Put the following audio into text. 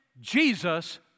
Jesus